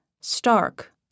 stark